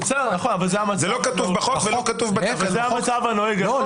בסדר, נכון, אבל זה המצב הנוהג היום.